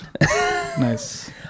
Nice